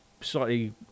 slightly